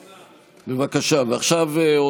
ועכשיו,